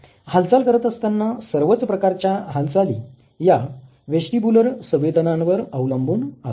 हालचाल करत असताना सर्वच प्रकारच्या हालचाली या वेस्टीबुलर संवेदनांवर अवलंबून असतात